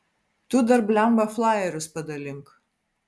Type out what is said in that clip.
tu dar blemba flajerius padalink